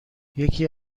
یکی